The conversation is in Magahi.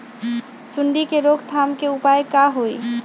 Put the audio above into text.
सूंडी के रोक थाम के उपाय का होई?